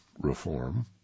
reform